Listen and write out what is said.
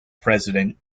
president